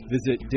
Visit